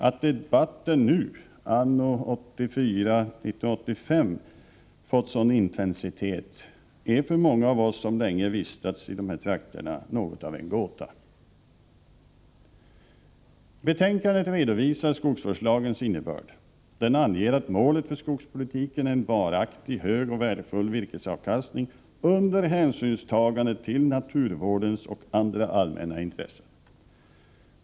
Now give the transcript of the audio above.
Att debatten nu, 1984-1985, fått sådan intensitet är för många av oss som länge vistats i dessa trakter något av en gåta. Betänkandet redovisar skogsvårdslagens innebörd. Lagen anger att målet för skogspolitiken är en varaktig, hög och värdefull virkesavkastning under hänsynstagande till naturvårdens och andra allmänna intressen.